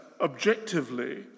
objectively